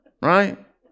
right